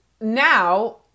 now